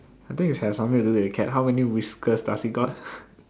I think it has something to do with the cat how many whiskers does it got